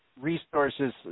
Resources